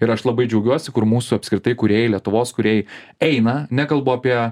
ir aš labai džiaugiuosi kur mūsų apskritai kūrėjai lietuvos kūrėjai eina nekalbu apie